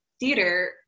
Theater